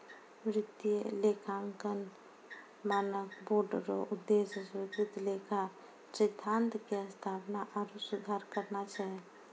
वित्तीय लेखांकन मानक बोर्ड रो उद्देश्य स्वीकृत लेखा सिद्धान्त के स्थापना आरु सुधार करना छै